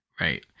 Right